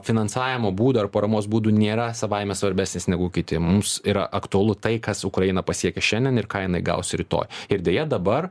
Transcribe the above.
finansavimo būdo ar paramos būdų nėra savaime svarbesnis negu kiti mums yra aktualu tai kas ukrainą pasiekia šiandien ir ką jinai gaus rytoj ir deja dabar